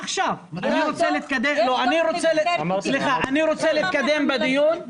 ------ אני רוצה להתקדם בדיון.